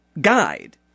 guide